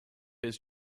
his